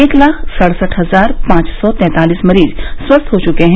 एक लाख सड़सठ हजार पांच सौ तैंतालिस मरीज स्वस्थ हो चुके हैं